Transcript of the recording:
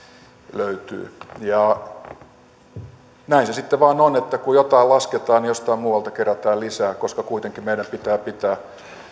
löytyy näin se sitten vain on että kun jotain lasketaan jostain muualta kerätään lisää koska meidän pitää kuitenkin pitää